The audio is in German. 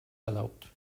erlaubt